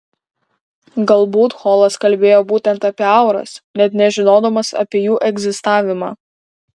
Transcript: galbūt holas kalbėjo būtent apie auras net nežinodamas apie jų egzistavimą